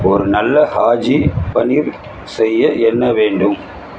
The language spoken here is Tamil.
ஒரு நல்ல ஷாஜி பன்னீர் செய்ய என்ன வேண்டும்